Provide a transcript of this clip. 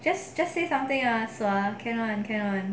just just say something ah sia can [one] can [one]